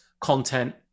content